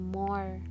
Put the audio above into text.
more